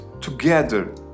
together